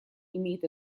имеет